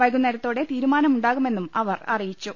വൈകുന്നേരത്തോടെ തീരുമാന മുണ്ടാകുമെന്നും അവർ അറിയിച്ചു